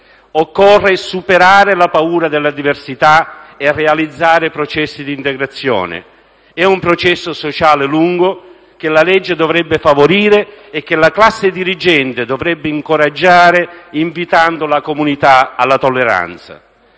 Occorre superare la paura della diversità e realizzare processi di integrazione. È un processo sociale lungo, che la legge dovrebbe favorire e che la classe dirigente dovrebbe incoraggiare, invitando la comunità alla tolleranza.